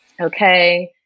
okay